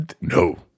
no